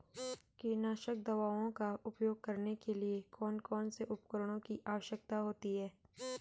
कीटनाशक दवाओं का उपयोग करने के लिए कौन कौन से उपकरणों की आवश्यकता होती है?